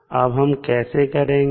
अब हम कैसे करेंगे